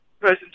Person